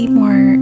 more